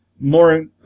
More